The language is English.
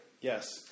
Yes